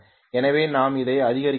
எனவே நாம் அதை அதிகரிக்கப் போகிறோம்